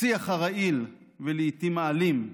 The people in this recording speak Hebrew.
השיח הרעיל, ולעיתים האלים,